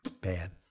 bad